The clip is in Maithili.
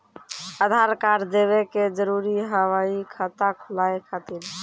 आधार कार्ड देवे के जरूरी हाव हई खाता खुलाए खातिर?